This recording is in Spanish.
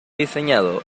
diseñado